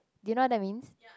did know that means